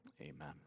amen